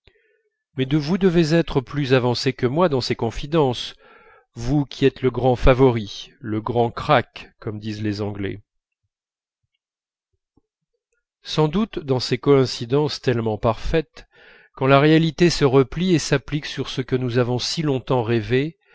mais vous devez être plus avancé que moi dans ses confidences vous qui êtes le grand favori le grand crack comme disent les anglais sans doute dans ces coïncidences tellement parfaites quand la réalité se replie et s'applique sur ce que nous avons si longtemps rêvé